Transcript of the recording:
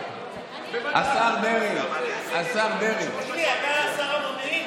השר דרעי, תגיד לי, אתה שר המודיעין?